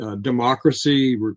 democracy